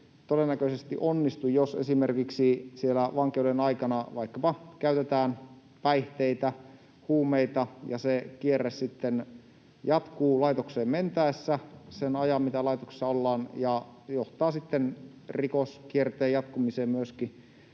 todennäköisesti onnistu, jos esimerkiksi siellä vankeuden aikana vaikkapa käytetään päihteitä, huumeita, ja se kierre sitten jatkuu laitokseen mentäessä sen ajan, mitä laitoksessa ollaan, ja johtaa sitten rikoskierteen jatkumiseen myöskin